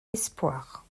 espoirs